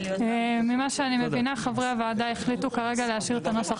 ממה שאני מבינה חברי הוועדה החליטו כרגע להשאיר את הנוסח